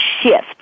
shift